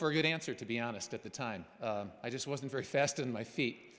good answer to be honest at the time i just wasn't very fast on my feet